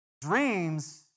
dreams